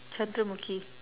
chandramukhi